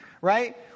right